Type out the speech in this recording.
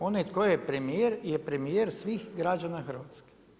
Onaj tko je premijer je premijer svih građana Hrvatske.